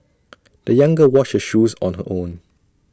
the young girl washed her shoes on her own